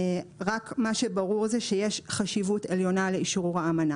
רק, מה שברור זה שיש חשיבות עליונה לאשרור האמנה.